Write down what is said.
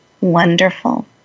wonderful